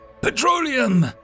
petroleum